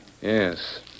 yes